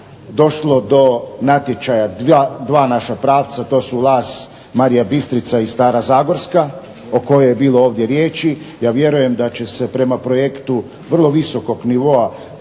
došlo do natječaja dva naša pravca, to su Laz Marija Bistrica i Stara zagorska o kojoj je bilo ovdje riječi. Ja vjerujem da će se prema projektu vrlo visokog nivoa